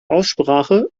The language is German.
aussprache